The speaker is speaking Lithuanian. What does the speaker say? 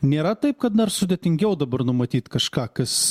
nėra taip kad dar sudėtingiau dabar numatyt kažką kas